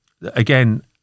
again